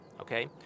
okay